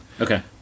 Okay